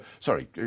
Sorry